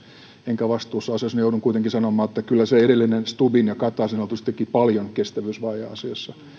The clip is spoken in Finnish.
enkä vastuussa asioista joudun kuitenkin sanomaan että kyllä se edellinen stubbin ja kataisen hallitus teki paljon kestävyysvajeasiassa